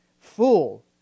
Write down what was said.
Fool